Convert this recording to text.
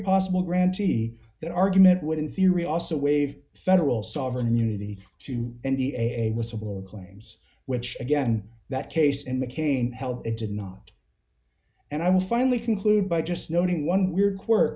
possible grantee that argument would in theory also waive federal sovereign immunity to be a whistleblower claims which again that case and mccain held it did not and i will finally conclude by just noting one weird quirk